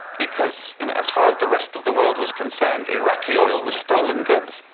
because you know as far as the rest of the world was concerned iraqi oil was stolen goods.